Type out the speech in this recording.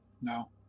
no